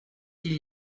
qu’il